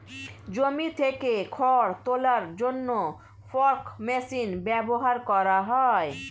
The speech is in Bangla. জমি থেকে খড় তোলার জন্য ফর্ক মেশিন ব্যবহার করা হয়